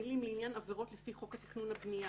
המילים "לעניין עבירות לפי חוק התכנון והבנייה,